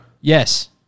Yes